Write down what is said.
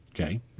okay